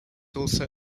also